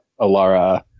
Alara